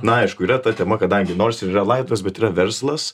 na aišku yra ta tema kadangi nors ir yra laidotuvės bet yra verslas